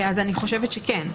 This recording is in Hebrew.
אני חושבת שכן.